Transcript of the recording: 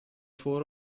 four